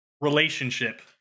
relationship